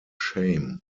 shame